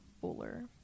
Fuller